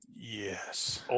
Yes